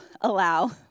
allow